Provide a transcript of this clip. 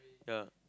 yeah